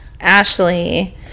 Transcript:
ashley